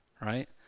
right